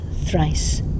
thrice